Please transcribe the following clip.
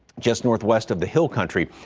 just northwest of the hill country.